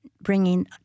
bringing